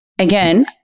Again